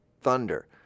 thunder